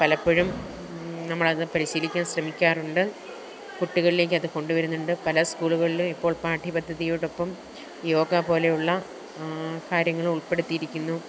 പലപ്പോഴും നമ്മൾ അത് പരിശീലിക്കാന് ശ്രമിക്കാറുണ്ട് കുട്ടികളിലേക്ക് അത് കൊണ്ടുവരുന്നുണ്ട് പല സ്കൂളുകളിലും ഇപ്പോള് പാഠ്യ പദ്ധതിയോടൊപ്പം യോഗ പോലെയുള്ള കാര്യങ്ങളും ഉള്പ്പെടുത്തിയിരിക്കുന്നു